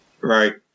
Right